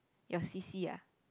your c_c ah